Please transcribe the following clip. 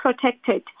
protected